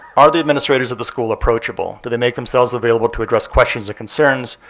are the administrators of the school approachable? do they make themselves available to address questions or concerns?